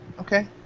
Okay